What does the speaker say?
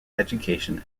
education